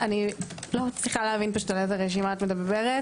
אני לא מצליחה להבין על איזו רשימה את מדברת.